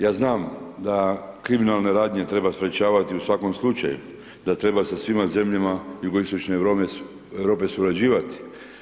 Ja znam da kriminalne radnje treba sprečavati u svakom slučaju, da treba sa svima zemljama jugoistočne Europe surađivati.